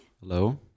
Hello